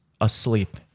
asleep